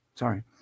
Sorry